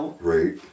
right